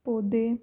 ਪੌਦੇ